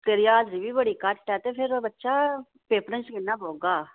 तेरी हाज़री बी बड़ी घट्ट ऐ ते फिर बच्चा पेपरें च कि'यां बौह्गा